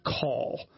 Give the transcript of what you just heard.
call